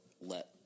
let